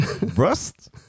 Rust